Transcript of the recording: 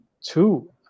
two